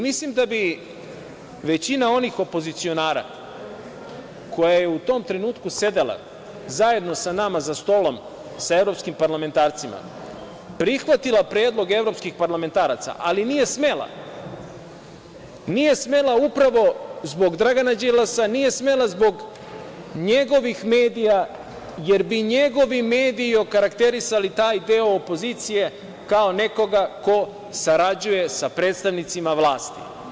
Mislim da bi većina onih opozicionara koja je u tom trenutku sedela zajedno sa nama za stolom sa evropskim parlamentarcima prihvatila predlog evropskih parlamentaraca, ali nije smela, nije smela upravo zbog Dragana Đilasa, nije smela zbog njegovih medija, jer bi njegovi mediji okarakterisali taj deo opozicije kao nekoga ko sarađuje sa predstavnicima vlasti.